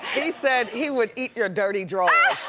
he said he would eat your dirty drawers.